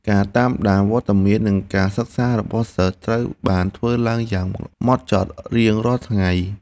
ការតាមដានវត្តមាននិងការសិក្សារបស់សិស្សត្រូវបានធ្វើឡើងយ៉ាងហ្មត់ចត់រៀងរាល់ថ្ងៃ។